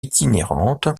itinérante